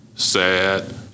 sad